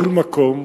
בכל מקום